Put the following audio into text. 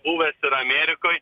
buvęs ir amerikoj